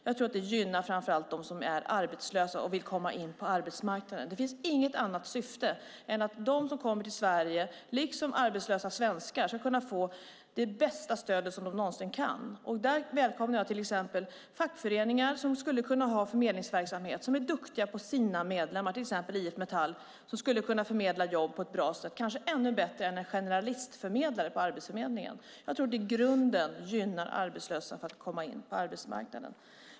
Jag tror att det gynnar framför allt dem som är arbetslösa och vill komma in på arbetsmarknaden. Det finns inget annat syfte än att de som kommer till Sverige, liksom arbetslösa svenskar, ska kunna få det bästa stöd de någonsin kan. Där välkomnar jag till exempel fackföreningar, som skulle kunna ha förmedlingsverksamhet. De är duktiga på sina medlemmar. Till exempel skulle IF Metall kunna förmedla jobb på ett bra sätt, kanske ännu bättre än en generalistförmedlare på arbetsförmedlingen. Jag tror att det i grunden gynnar att arbetslösa kan komma in på arbetsmarknaden.